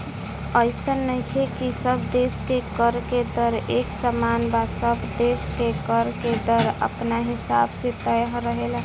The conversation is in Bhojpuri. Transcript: अइसन नइखे की सब देश के कर के दर एक समान बा सब देश के कर के दर अपना हिसाब से तय रहेला